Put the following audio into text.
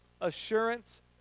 assurance